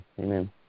Amen